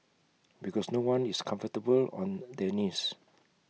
because no one is comfortable on their knees